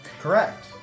Correct